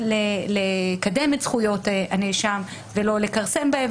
לקדם את זכויות הנאשם ולא לכרסם בהן.